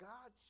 God